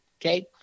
Okay